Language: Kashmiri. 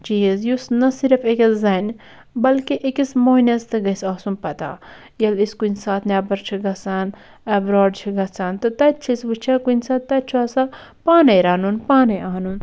چیٖز یُس نہٕ صِرف أکِس زَنہِ بٔلکہِ أکِس مۅہنِوس تہِ گَژھِ آسُن پَتاہ ییٚلہِ أسۍ کُنہِ ساتہٕ نیٚبَر چھِ گژھان ایٚبراڈ چھِ گژھان تہٕ تَتہِ چھِ أسۍ وُچھان کُنہِ ساتہٕ تَتہِ چھُ آسان پانے رَنُن پانے اَنُن